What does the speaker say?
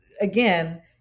again